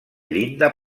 llinda